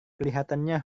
kelihatannya